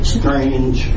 strange